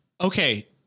Okay